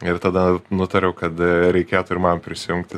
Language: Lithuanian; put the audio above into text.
ir tada nutariau kad reikėtų ir man prisijungti